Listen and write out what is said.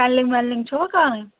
panelling وینلِنگ چھوا کَرٕنۍ